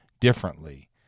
differently